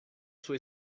sua